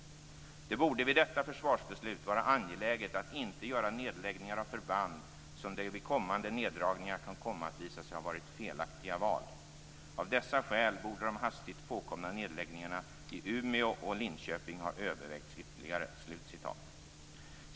Det borde vid detta försvarsbeslut vara angeläget att inte göra nedläggningar av förband, som det vid kommande neddragningar kan komma att visa sig ha varit felaktiga val. - Av dessa skäl borde de hastigt påkomna nedläggningarna i Umeå och Linköping ha övervägts ytterligare."